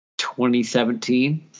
2017